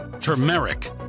turmeric